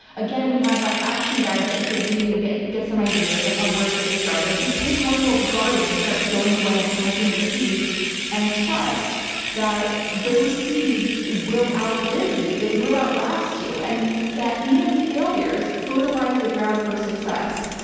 again, we have that action guide that you could read and get get ideas on where to get started. just pick one little garden and start sowing away and planting your seeds and trust that those seeds will outlive you. they will outlast you and that even failures fertilize the ground for success.